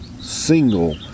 single